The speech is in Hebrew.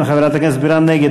חברת הכנסת בירן נגד.